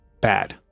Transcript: bad